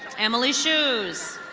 emily shoes.